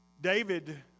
David